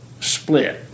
split